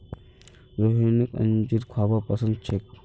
रोहिणीक अंजीर खाबा पसंद छेक